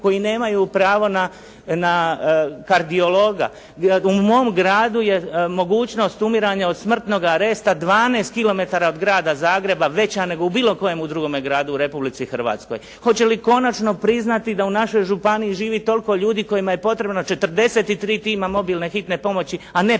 koji nemaju pravo na kardiologa. U mom gradu je mogućnost umiranja od smrtnoga resta 12 kilometara od Grada Zagreba veća nego u bilo kojem drugom gradu u Republici Hrvatskoj. Hoće li konačno priznati da u našoj županiji živi toliko ljudi kojima je potrebno 43 tima mobilne hitne pomoći, a ne